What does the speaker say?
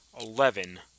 eleven